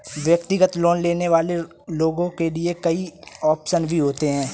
व्यक्तिगत लोन लेने वाले लोगों के लिये कई आप्शन भी होते हैं